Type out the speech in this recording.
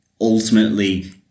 ultimately